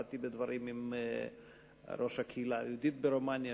באתי בדברים עם ראש הקהילה היהודית ברומניה,